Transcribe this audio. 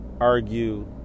argue